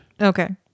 Okay